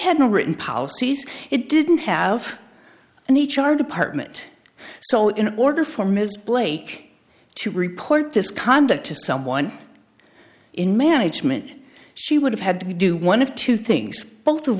no written policies it didn't have an h r department so in order for ms blake to report this conduct to someone in management she would have had to do one of two things both of